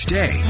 day